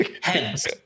Heads